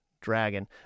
Dragon